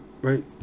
Right